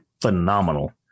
phenomenal